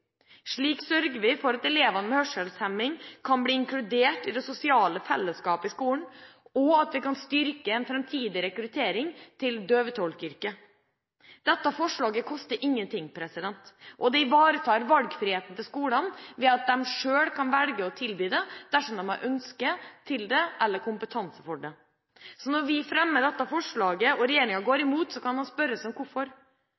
Slik sørger vi for at elever med hørselshemning kan bli inkludert i det sosiale fellesskapet i skolen, og at vi kan styrke en framtidig rekruttering til døvetolkyrket. Dette forslaget koster ingen ting, og det ivaretar valgfriheten til skolene ved at de selv kan velge å tilby det – dersom de har ønske om det eller kompetanse til det. Når vi fremmer dette forslaget og regjeringa går